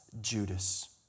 Judas